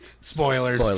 Spoilers